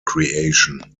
creation